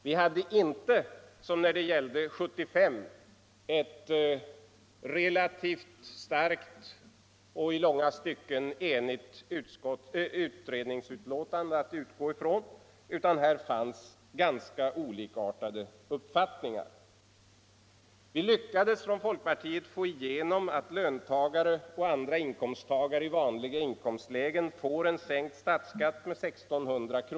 Vi hade inte, som när det gällde 1975, ett relativt starkt och i långa stycken enigt utredningsbetänkande att utgå från, utan här fanns ganska olikartade uppfattningar. Vi lyckades från folkpartiet få igenom att löntagare och andra inkomsttagare i vanliga inkomstlägen får en med 1 600 kr.